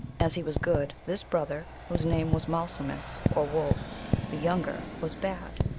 as he was good, this brother, whose name was malsumsis, or wolf the younger, was bad.